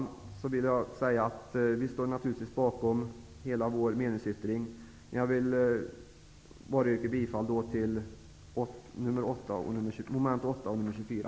Med detta vill jag säga att Vänsterpartiet står bakom hela sin meningsyttring, men jag yrkar bifall endast till mom. 8 och 24.